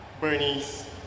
Bernie's